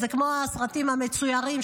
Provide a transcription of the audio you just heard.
זה כמו הסרטים המצוירים,